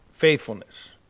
faithfulness